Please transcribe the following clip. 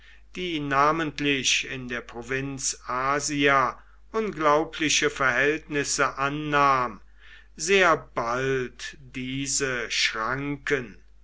die namentlich in der provinz asia unglaubliche verhältnisse annahm sehr bald diese schranken